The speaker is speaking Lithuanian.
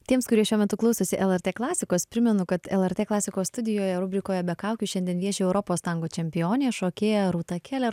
tiems kurie šiuo metu klausosi lrt klasikos primenu kad lrt klasikos studijoje rubrikoje be kaukių šiandien vieši europos tango čempionė šokėja rūta keler